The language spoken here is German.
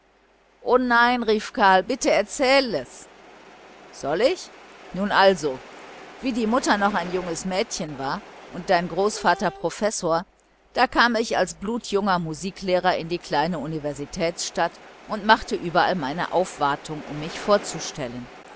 o nein rief karl bitte erzähle es soll ich nun also wie die mutter noch ein junges mädchen war und dein großvater professor da kam ich als blutjunger musiklehrer in die kleine universitätsstadt und machte überall meine aufwartung um mich vorzustellen